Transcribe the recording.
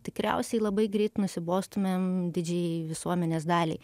tikriausiai labai greit nusibostumėm didžiajai visuomenės daliai